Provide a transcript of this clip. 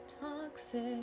toxic